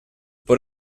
por